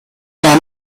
war